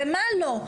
במה לא,